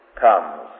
comes